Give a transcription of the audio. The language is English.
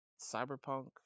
Cyberpunk